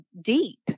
deep